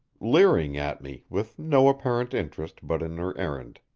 leering at me with no apparent interest but in her errand.